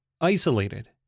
isolated